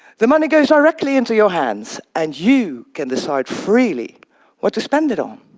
the money goes directly into your hands, and you can decide freely what to spend it on.